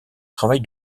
travail